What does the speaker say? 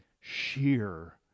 sheer